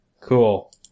cool